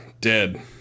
Dead